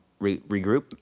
regroup